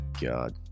god